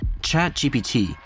ChatGPT